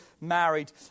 married